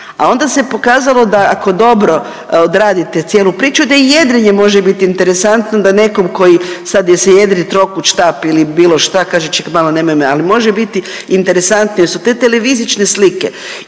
a onda se pokazalo da ako dobro odradite cijelu priču da i jedrenje može biti interesantno da nekom koji sad jel se jedri trokut, štap ili bilo šta kaže ček malo nemoj me, ali može biti interesantno jer su te televizične slike